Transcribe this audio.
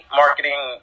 marketing